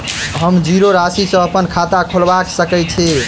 हम जीरो राशि सँ अप्पन खाता खोलबा सकै छी?